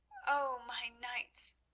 oh, my knights!